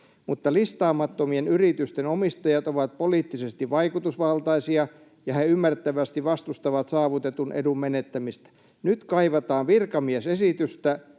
Mutta listaamattomien yritysten omistajat ovat poliittisesti vaikutusvaltaisia, ja he ymmärrettävästi vastustavat saavutetun edun menettämistä. Nyt kaivataan virkamiesesitystä